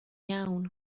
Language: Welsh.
iawn